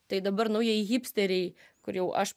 tai dabar naujieji hipsteriai kur jau aš